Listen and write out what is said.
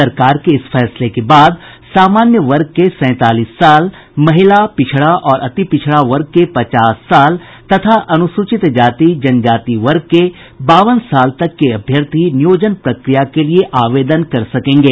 सरकार के इस फैसले के बाद समान्य वर्ग के सैंतालीस साल महिला पिछड़ा और अतिपिछड़ वर्ग के पचास साल तथा अनुसूचित जाति जनजाति वर्ग के बावन साल तक के अभ्यर्थी नियोजन प्रक्रिया के लिये आवेदन कर सकेंगे